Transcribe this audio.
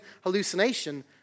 hallucination